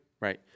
right